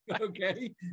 Okay